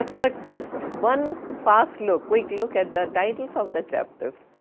but just one fast look, quick look at the titles of the chapters.